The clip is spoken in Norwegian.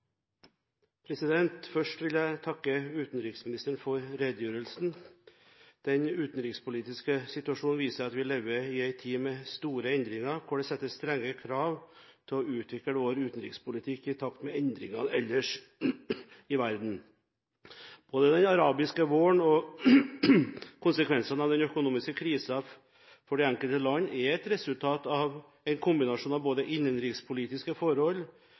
Først vil jeg takke utenriksministeren for redegjørelsen. Den utenrikspolitiske situasjonen viser at vi lever i en tid med store endringer, hvor det settes strenge krav til å utvikle vår utenrikspolitikk i takt med endringene ellers i verden. Både den arabiske våren og konsekvensene av den økonomiske krisen for de enkelte land er resultat av en kombinasjon av både innenrikspolitiske forhold,